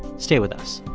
stay with us